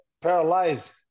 paralyzed